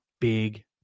big